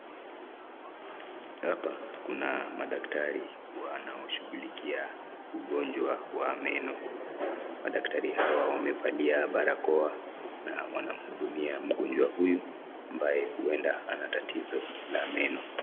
Hapa kuna madaktari wanao shughulikia ugonjwa wa meno. Madaktari hawa wamevalia barakoa na wanahudumia mgonjwa huyu ambaye huenda anatatizo la meno.